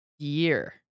year